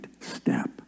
step